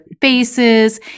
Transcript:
faces